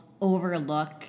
overlook